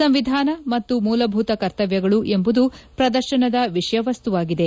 ಸಂವಿಧಾನ ಮತ್ತು ಮೂಲಭೂತ ಕರ್ತವ್ಯಗಳು ಎಂಬುದು ಪ್ರದರ್ಶನದ ವಿಷಯ ವಸ್ತುವಾಗಿದೆ